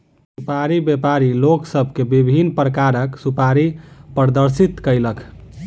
सुपाड़ी व्यापारी लोक सभ के विभिन्न प्रकारक सुपाड़ी प्रदर्शित कयलक